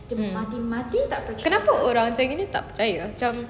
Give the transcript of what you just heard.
mm kenapa orang chinese tak percaya ah macam